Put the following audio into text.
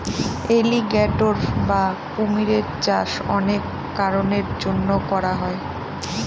alligator বা কুমিরের চাষ অনেক কারনের জন্য করা হয়